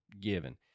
given